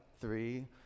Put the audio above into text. three